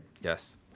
Yes